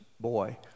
boy